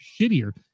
shittier